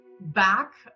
back